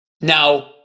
Now